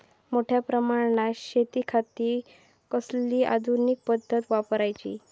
मोठ्या प्रमानात शेतिखाती कसली आधूनिक पद्धत वापराची?